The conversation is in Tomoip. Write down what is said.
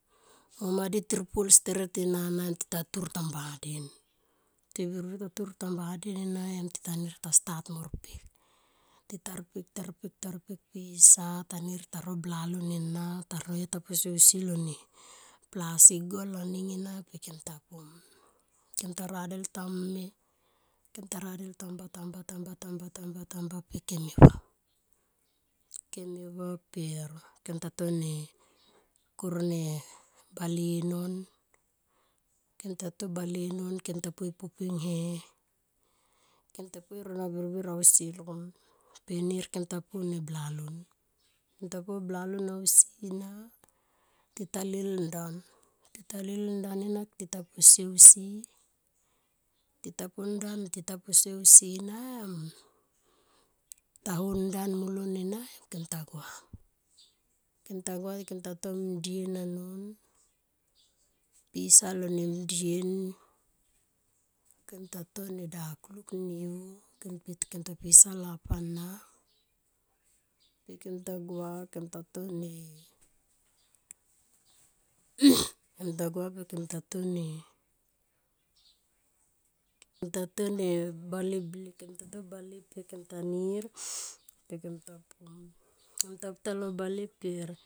Noma di tirpul steret ena na em tita tur tam ba den tibirbir ta tur tam ba den ena en tita nir tita stat mo rpek tita rpek ta rpek pisa tanir taro blalon ena ta rone taposie ausi lone plasi gol aning ena pe kem ta pu. Kem ta radel tame. kemta radel tam ba tamba. tamba. tamba. tamba pe ikem e va. kem e va per kem ta to ne kur ne bale non kem ta to bale non kem ta to ne kur ne bale non kem ta to po e puping he kem ta po e rona birbir ausi. Lon pe nir kem ta po ne blalon kem ta po blalom ausi na tita lil ndan. tita lil nden ena tita posie gusi tita po ndan ta posie ausi na em ta no ndan molon en kem ta sua. Kem ta gua kem ta to mndien anom pisa lo mnden kem ta tone dakulik neu pe kem ta pisa lo hap ana pe kem ta gua kem ta tone kem ta gua pe kem ta to bale pe kem ta nir pe kem ta pum kem ta pu talo bale per.